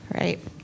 right